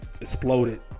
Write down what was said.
exploded